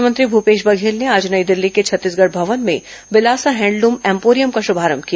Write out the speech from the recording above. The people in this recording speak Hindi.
मुख्यमंत्री भूपेश बघेल ने आज नई दिल्ली के छत्तीसगढ़ भवन में बिलासा हैंडलूम एम्पोरियम का शुभारंभ किया